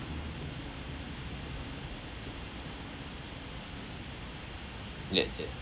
ya ya